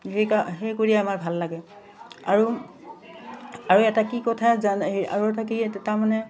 সেই কা সেই কৰিয়ে আমাৰ ভাল লাগে আৰু আৰু এটা কি কথা জান আৰু এটা কি তাৰমানে